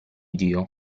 dio